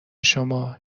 شما